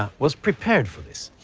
was prepared for this.